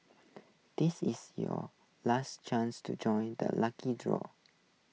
this is your last chance to join the lucky draw